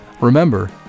Remember